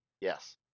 Yes